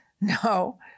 No